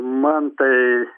man tai